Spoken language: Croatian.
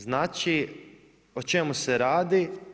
Znači, o čemu se radi?